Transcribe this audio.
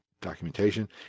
documentation